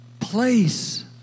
place